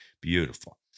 Beautiful